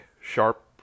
sharp